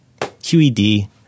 QED